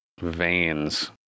veins